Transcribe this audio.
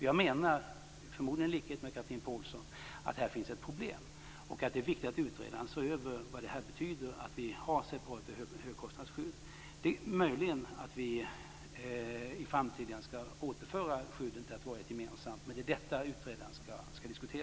Jag menar, förmodligen i likhet med Chatrine Pålsson, att det finns ett problem här. Det är viktigt att utredaren ser över vad det betyder att vi har separata högkostnadsskydd. Det är möjligt att vi i framtiden skall återföra skydden till att vara ett gemensamt. Men det är detta utredaren skall se över.